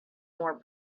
more